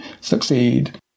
succeed